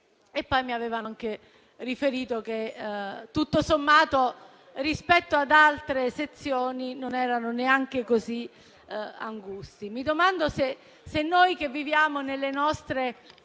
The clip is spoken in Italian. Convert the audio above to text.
poi mi avevano anche riferito che tutto sommato, rispetto ad altre sezioni, non erano neanche così angusti. Mi domando se noi, che viviamo nelle nostre